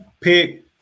pick